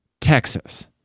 Texas